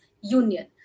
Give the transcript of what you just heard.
union